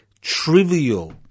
trivial